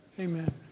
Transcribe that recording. Amen